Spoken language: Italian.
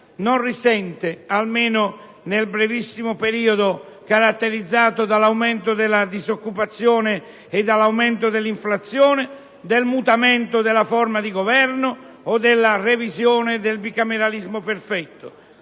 non risente - almeno nel brevissimo periodo, caratterizzato dall'aumento della disoccupazione e dall'aumento dell'inflazione - del mutamento della forma di Governo o della revisione del bicameralismo perfetto.